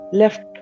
left